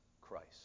Christ